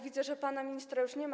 Widzę, że pana ministra już nie ma.